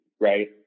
Right